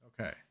Okay